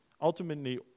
Ultimately